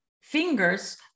fingers